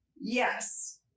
Yes